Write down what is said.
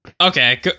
Okay